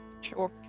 Sure